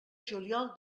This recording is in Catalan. juliol